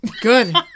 Good